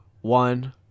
one